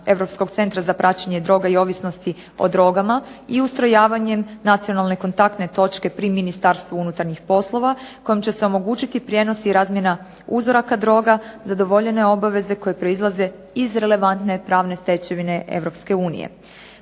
Europskog centra za praćenje droga i ovisnosti o drogama i ustrojavanjem nacionalne kontaktne točke pri MUP-a kojim će se omogućiti prijenos i razmjena uzoraka droga zadovoljene obaveze koje proizlaze iz relevantne pravne stečevine EU.